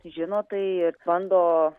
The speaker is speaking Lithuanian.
žino tai bando